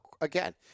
again